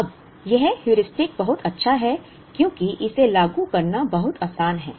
अब यह हेयुरिस्टिक बहुत अच्छा है क्योंकि इसे लागू करना बहुत आसान है